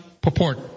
purport